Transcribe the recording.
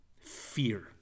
fear